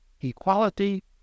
equality